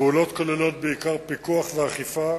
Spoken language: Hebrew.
הפעולות כוללות בעיקר פיקוח ואכיפה